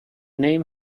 name